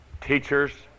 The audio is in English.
teachers